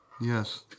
Yes